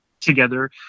together